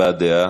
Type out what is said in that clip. הבעת דעה.